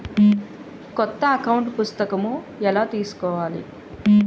కొత్త అకౌంట్ పుస్తకము ఎలా తీసుకోవాలి?